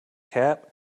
cap